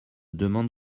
demande